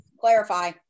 clarify